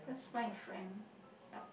let's find a friend